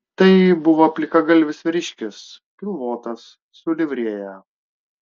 tai buvo plikagalvis vyriškis pilvotas su livrėja